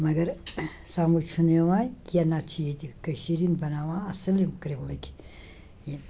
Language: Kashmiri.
مگر سمٕجھ چھُنہٕ یِوان کیٚنٛہہ نَتہِ چھِ ییٚتہِ کٔشیٖرِ ہِنٛدۍ بناوان اَصٕل یِم کِرٛولٕکۍ یہِ